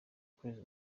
kwezi